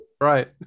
Right